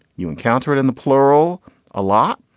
you encounter it in the plural a lot.